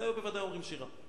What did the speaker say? בוודאי ובוודאי אומרים שירה.